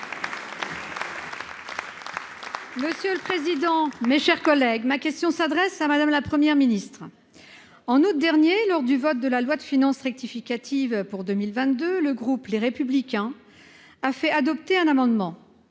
Monsieur le président, mes chers collègues, ma question s'adresse à Madame la première ministre en août dernier lors du vote de la loi de finances rectificative pour 2022 le groupe Les Républicains a fait adopter un amendement